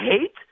hate